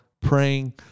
praying